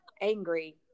angry